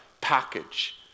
package